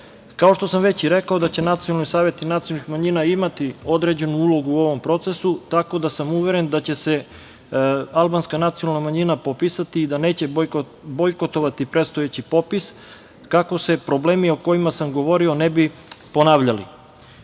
ne. Kao što sam već i rekao da će nacionalni saveti nacionalnih manjina imati određenu ulogu u ovom procesu, uveren sam da će se albanska nacionalna manjina popisati i da neće bojkotovati predstojeći popis, kako se problemi o kojima sam govorio ne bi ponavljali. Samo